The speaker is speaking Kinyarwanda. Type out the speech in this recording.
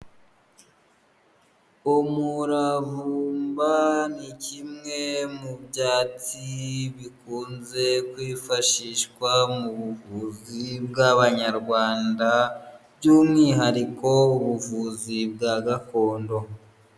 Umuramvumba ni kimwe mu byatsi bikunze kwifashishwa mu buvuzi bw'abanyarwanda by'umwihariko ubuvuzi bwa gakondo.